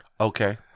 Okay